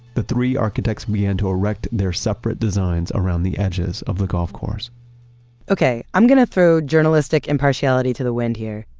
the three architects began to erect their separate designs around the edges of the golf course okay, i'm going to throw journalistic impartiality to the wind here.